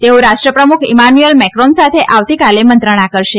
તેઓ રાષ્ટ્રપ્રમુખ Emmanuel Macron સાથે આવતીકાલે મંત્રણા કરશે